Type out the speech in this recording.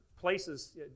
places